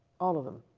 all of them.